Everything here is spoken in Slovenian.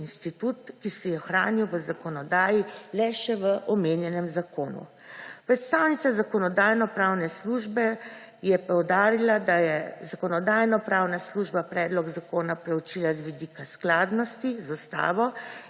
ki se je ohranil v zakonodaji le še v omenjenem zakonu. Predstavnica Zakonodajno-pravne službe je poudarila, da je Zakonodajno-pravna služba predlog zakona proučila z vidika skladnosti z ustavo